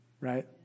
right